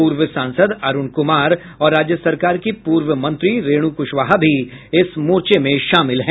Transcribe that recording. पूर्व सांसद अरूण कुमार और राज्य सरकार की पूर्व मंत्री रेणु कुशवाहा भी इस मोर्चे में शामिल हैं